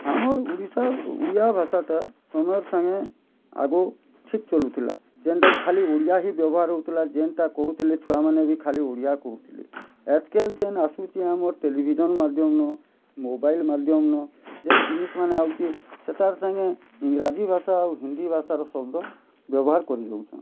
ଆମର୍ ଓଡ଼ିଶାର୍ ଓଡ଼ିଆ ଭାଷାଟା ଆମର୍ ସାଙ୍ଗେ ଆଗ ଠିକ୍ ଚଲୁଥିଲା ଯେନ୍ଟା କି ଖାଲି ଓଡ଼ିଆ ହିଁ ବ୍ୟବହାର୍ ହଉଥିଲା ଯେନ୍ତା କହୁଥିଲେ ଛୁଆମାନେ ବି ଖାଲି ଓଡ଼ିଆ କହୁଥିଲେ ଆଜ୍ କେଲ୍ ଯେନ୍ ଆସୁଛେ ଆମର୍ ଟେଲିଭିଜନ୍ ମାଧ୍ୟମ ନଁ ମୋବାଇଲ୍ ମାଧ୍ୟମ୍ ନଁ ଯେନ୍ ଜିନିଷ୍ ମାନେ ଆଉଛେ ସେତାର୍ ସାଙ୍ଗେ ଇଂରାଜୀ ଭାଷା ଆଉ ହିନ୍ଦୀ ଭାଷାର ଶଦ୍ଦ ବ୍ୟବହାର୍ କରିହଉଛନ୍